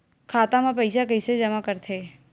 खाता म पईसा कइसे जमा करथे?